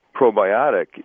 probiotic